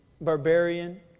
barbarian